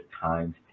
times